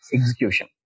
execution